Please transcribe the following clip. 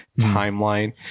timeline